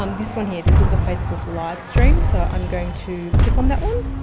um this one here, this was a facebook livestream. so i'm going to click on that one.